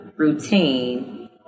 routine